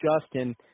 Justin